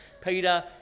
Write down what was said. Peter